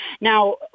Now